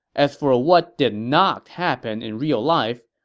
as for ah what did not happen in real life,